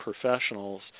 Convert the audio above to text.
professionals